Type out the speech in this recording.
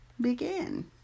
begin